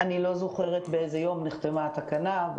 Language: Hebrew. אני לא זוכרת באיזה יום נחתמה התקנה.